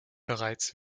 bereits